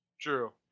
True